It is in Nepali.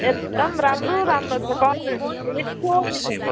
एकदम राम्रो राम्रो छ कलरहरू पनि मिठो मिठो